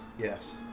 Yes